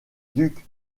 duc